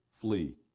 flee